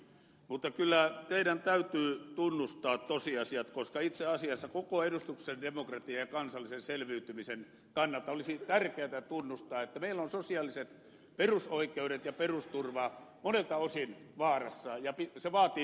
mutta kyllä teidän täytyy tunnustaa tosiasiat koska itse asiassa koko edustuksellisen demokratian ja kansallisen selviytymisen kannalta olisi tärkeätä tunnustaa että meillä ovat sosiaaliset perusoikeudet ja perusturva monelta osin vaarassa ja se vaatii toimia